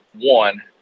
One